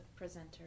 presenter